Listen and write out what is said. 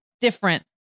different